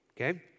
Okay